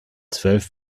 zwölf